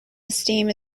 esteem